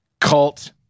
cult